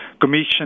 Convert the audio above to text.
Commission